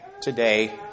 today